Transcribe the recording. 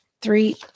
three